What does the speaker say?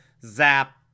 zap